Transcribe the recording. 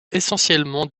essentiellement